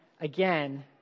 again